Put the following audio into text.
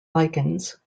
lichens